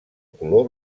color